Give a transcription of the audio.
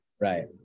Right